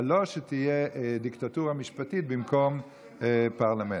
אבל לא שתהיה דיקטטורה משפטית במקום פרלמנט.